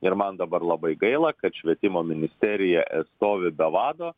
ir man dabar labai gaila kad švietimo ministerija stovi be vado